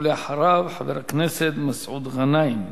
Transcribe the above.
ואחריו, חבר הכנסת מסעוד גנאים.